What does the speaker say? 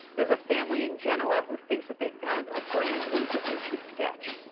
there's a family in genoa who thinks that they've found a brand-new da vinci sketch. oh.